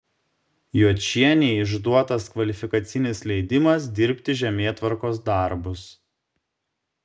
juočienei išduotas kvalifikacinis leidimas dirbti žemėtvarkos darbus